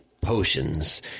potions